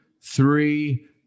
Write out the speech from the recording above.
three